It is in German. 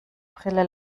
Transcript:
brille